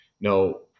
no